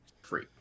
free